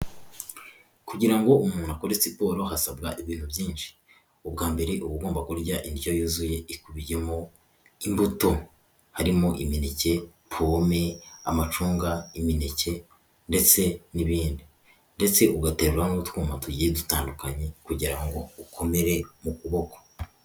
Kugira ngo umuntu akore siporo hasabwara ibintu byinshi ubwa mbere uba ugomba kurya indyo yuzuye ikubiyemo imbuto, harimo imineke, pome, amacunga, imineke, ndetse n'ibindi ndetse ugaterura n'utwuma tugiye dutandukanye kugira ngo ukomere mu kuboko.